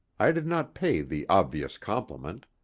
i did not pay the obvious compliment.